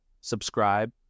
subscribe